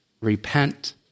repent